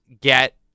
get